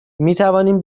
میتوانیم